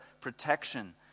protection